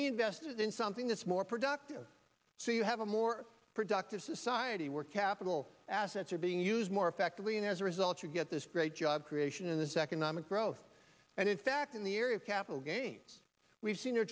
reinvest it in something that's more productive so you have a more productive society where capital assets are being used more effectively and as a result you get this great job creation in this economic growth and in fact in the area capital ga